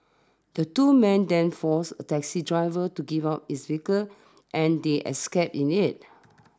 the two men then forced a taxi driver to give up his vehicle and they escaped in it